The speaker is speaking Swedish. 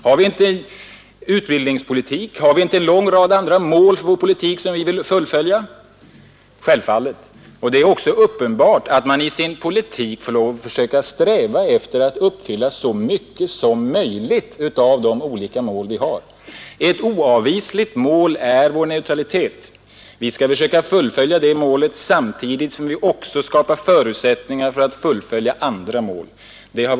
Har vi inte ett mål i vår utbildningspolitik, och har vi inte en rad andra mål som vi vill försöka uppnå i vår politik? Jo, självfallet. Det är uppenbart att vi i vår politik måste sträva efter att uppfylla så mycket som möjligt av de olika mål vi har uppställt. Ett oavvisligt mål är just vår neutralitet. Det målet skall vi uppnå samtidigt som vi också försöker skapa förutsättningar för att uppfylla andra målsättningar.